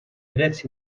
drets